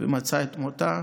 ומצאה את מותה,